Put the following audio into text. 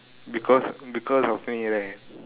because because of me right